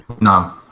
No